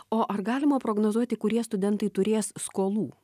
o ar galima prognozuoti kurie studentai turės skolų